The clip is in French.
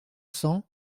cents